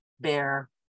bear